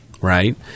right